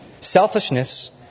selfishness